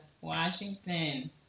Washington